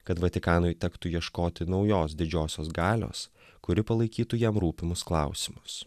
kad vatikanui tektų ieškoti naujos didžiosios galios kuri palaikytų jam rūpimus klausimus